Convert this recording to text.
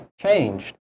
changed